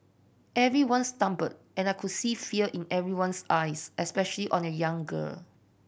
everyone stumbled and I could see fear in everyone's eyes especially on a young girl